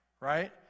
right